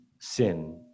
sin